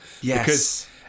Yes